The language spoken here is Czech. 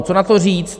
Co na to říct?